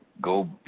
go